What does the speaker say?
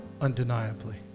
undeniably